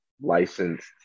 licensed